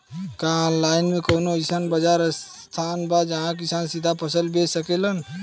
का आनलाइन मे कौनो अइसन बाजार स्थान बा जहाँ किसान सीधा फसल बेच सकेलन?